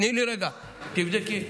תני לי רגע, תבדקי: